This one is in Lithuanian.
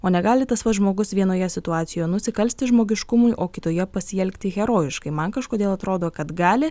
o negali tas pats žmogus vienoje situacijoje nusikalsti žmogiškumui o kitoje pasielgti herojiškai man kažkodėl atrodo kad gali